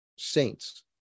saints